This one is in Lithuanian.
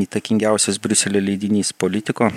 įtakingiausias briuselio leidinys politiko